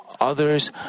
others